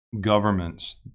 governments